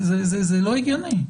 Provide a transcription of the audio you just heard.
זה לא הגיוני,